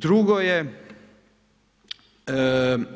Drugo je